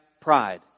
pride